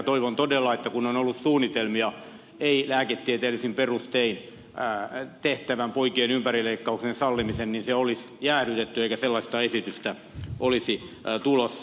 toivon todella että kun on ollut suunnitelmia ei lääketieteellisin perustein tehtävän poikien ympärileikkauksen sallimisesta niin se olisi jäädytetty eikä sellaista esitystä olisi tulossa